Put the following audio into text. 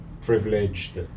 privileged